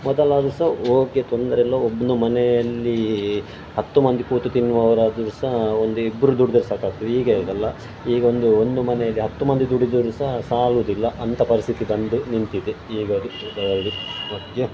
ಮೊದಲು ಆದ್ರೂ ಸಹ ಓಕೆ ತೊಂದರೆಯಿಲ್ಲ ಒಬ್ಬನು ಮನೆಯಲ್ಲಿ ಹತ್ತು ಮಂದಿ ಕೂತು ತಿನ್ನುವರಾದ್ರೂ ಸಹ ಒಂದಿಬ್ಬರು ದುಡಿದ್ರೆ ಸಾಕಾಗ್ತದೆ ಈಗ ಆಗಲ್ಲ ಈಗ ಒಂದು ಒಂದು ಮನೆಯಲ್ಲಿ ಹತ್ತು ಮಂದಿ ದುಡಿದರು ಸಹ ಸಾಲುವುದಿಲ್ಲ ಅಂಥ ಪರಿಸ್ಥಿತಿ ಬಂದು ನಿಂತಿದೆ ಈಗಿಂದು